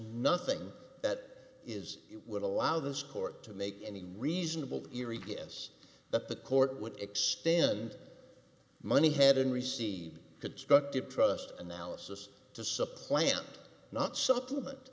nothing that is it would allow this court to make any reasonable theory guess that the court would extend money hadn't received constructive trust analysis to supplant not supplement